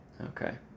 Okay